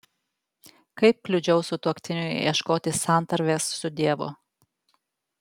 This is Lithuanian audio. kaip kliudžiau sutuoktiniui ieškoti santarvės su dievu